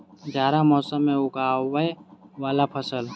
जाड़ा मौसम मे उगवय वला फसल?